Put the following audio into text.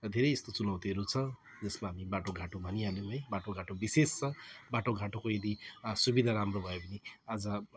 र धेरै यस्तो चुनौतीहरू छ जसमा हामी बाटो घाटो भनिहाल्यौँ है बाटो घाटो विशेष बाटो घाटोको यदि सुविधा राम्रो भयो भने आज